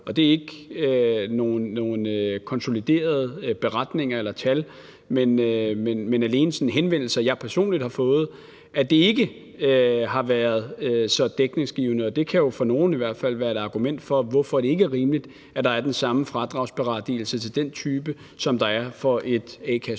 og det er ikke nogen konsoliderede beretninger eller tal, men alene sådan henvendelser, jeg personligt har fået – at det ikke har været så dækningsgivende. Det kan jo for nogle i hvert fald være et argument for, at det ikke er rimeligt, at der er den samme fradragsberettigelse til den type, som der er for et